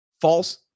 false